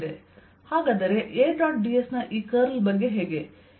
ಹಾಗಾದರೆ A dot ds ನ ಈ ಕರ್ಲ್ ಬಗ್ಗೆ ಹೇಗೆ